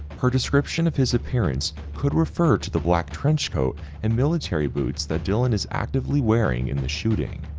her description of his appearance could refer to the black trench coat and military boots that dylan is actively wearing in the shooting,